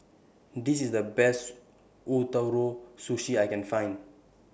This IS The Best Ootoro Sushi I Can Find